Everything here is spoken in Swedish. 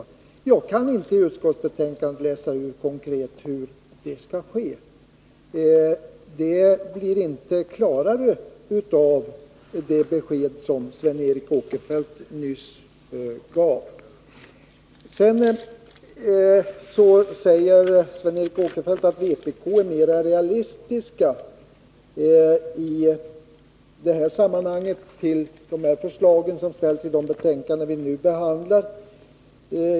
Men jag kan inte av utskottsbetänkandet läsa ut hur det konkret skall ske, och det biir inte någon större klarhet efter det besked som Sven Eric Åkerfeldt nyss gav. Sven Eric Åkerfeldt sade att vpk är mera realistiskt beträffande de förslag som vi behandlar i samband med det föreliggande betänkandet.